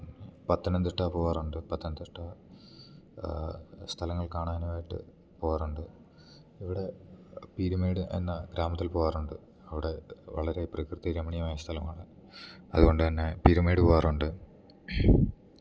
പത്തനംതിട്ട പോവാറുണ്ട് പത്തനംതിട്ട സ്ഥലങ്ങൾ കാണാനായിട്ട് പോവാറുണ്ട് ഇവിടെ പീരിമേഡ് എന്ന ഗ്രാമത്തിൽ പോവാറുണ്ട് അവിടെ വളരെ പ്രകൃതിരമണീയമായ സ്ഥലമാണ് അതുകൊണ്ട് തന്നെ പീരിമേഡ് പോവാറുണ്ട്